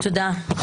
תודה.